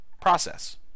process